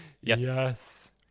Yes